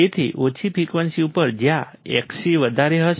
તેથી ઓછી ફ્રિકવન્સી ઉપર જ્યાં Xc વધારે હશે